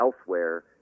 elsewhere